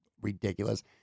ridiculous